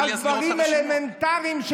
על דברים אלמנטריים,